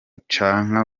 canke